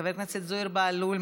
חבר הכנסת זוהיר בהלול,